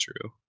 true